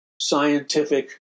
scientific